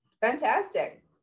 Fantastic